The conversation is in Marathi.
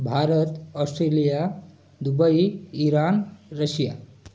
Bharat Australia Dubai Iran Russia